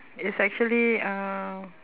it's actually uh